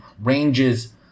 ranges